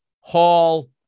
Hall